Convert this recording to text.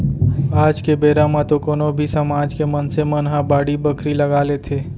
आज के बेरा म तो कोनो भी समाज के मनसे मन ह बाड़ी बखरी लगा लेथे